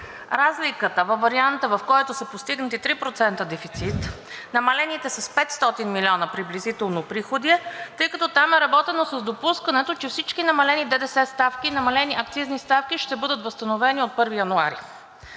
разликата във варианта, в който се постигнати 3% дефицит, намалените с 500 милиона приблизително приходи, тъй като там е работено с допускането, че всички намалени ДДС ставки, намалени акцизни ставки ще бъдат възстановени от 1 януари,